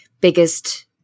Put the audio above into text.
biggest